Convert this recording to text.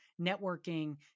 networking